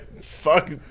fuck